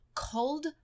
cold